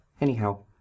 Anyhow